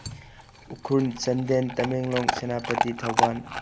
Ukhrul Chandel Tamenglong Senapati Thoubal